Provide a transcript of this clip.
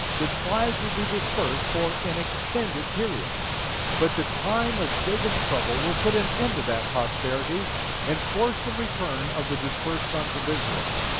the tribes would be dispersed for an extended period but the time of jacob's trouble will put an end to that prosperity and force the return of the dispersed sons of israel.